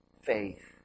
faith